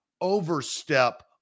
overstep